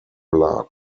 blood